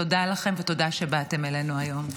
תודה לכם ותודה שבאתם אלינו היום.